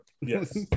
Yes